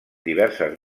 diverses